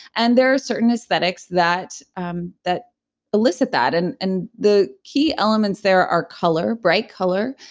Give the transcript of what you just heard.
and there are certain aesthetics that um that elicit that, and and the key elements there are color bright color,